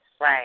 Right